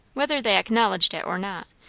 whether they acknowledged it or not,